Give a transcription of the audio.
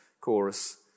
chorus